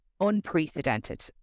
unprecedented